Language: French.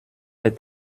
est